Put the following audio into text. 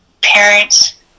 parents